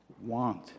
want